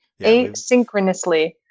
asynchronously